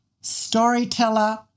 storyteller